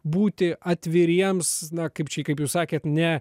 būti atviriems na kaip čia kaip jūs sakėt ne